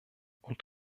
und